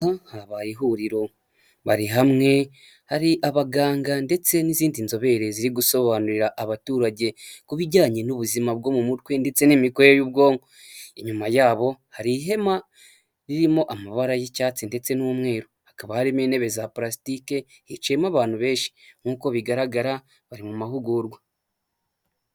Ahantu habaye ihuriro, bari hamwe hari abaganga ndetse n'izindi nzobere ziri gusobanurira abaturage ku bijyanye n'ubuzima bwo mu mutwe ndetse n'imikorere y'ubwonko inyuma yabo hari ihema ririmo amabara y'icyatsi ndetse n'umweru hakaba harimo intebe za platsike hiciyemo abantu benshi nk'uko bigaragara bari mu mahugurwa.